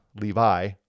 Levi